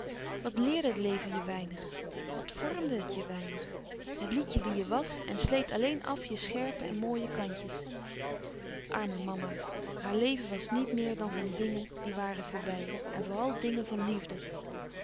wat leerde het leven je wenig wat vormde het je weinig het liet je wie je was en sleet alleen af je scherpe en mooie kantjes arme mama haar leven was niet meer dan van dingen die waren voorbij en vooràl dingen van liefde